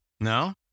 No